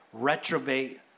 retrobate